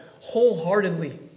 wholeheartedly